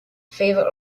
favor